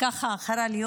חרה לי.